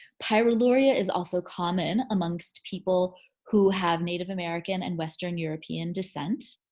pyroluria is also common amongst people who have native american and western european descent.